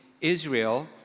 Israel